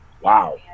wow